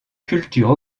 culture